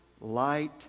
light